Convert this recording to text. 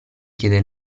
chiede